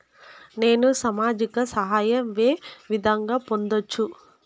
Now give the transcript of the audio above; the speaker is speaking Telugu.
నేను సామాజిక సహాయం వే విధంగా పొందొచ్చు?